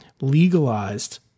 legalized